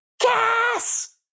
Gas